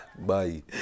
Bye